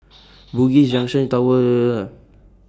Bugis Junction Tower